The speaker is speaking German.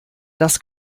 das